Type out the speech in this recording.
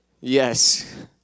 Yes